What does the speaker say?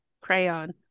crayon